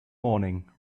morning